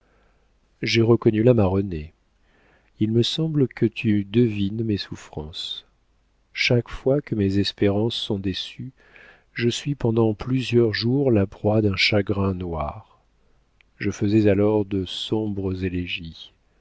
j'ai reconnu là ma renée il semble que tu devines mes souffrances chaque fois que mes espérances sont déçues je suis pendant plusieurs jours la proie d'un chagrin noir je faisais alors de sombres élégies